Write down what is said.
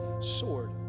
sword